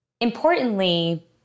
importantly